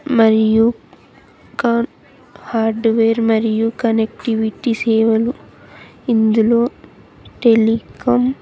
మరియు క హార్డ్వేర్ మరియు కనెక్టివిటీ సేవలు ఇందులో టెలికమ్